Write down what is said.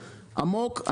עמוק.